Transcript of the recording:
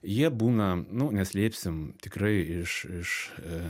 jie būna nu neslėpsim tikrai iš iš